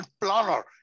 planner